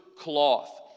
cloth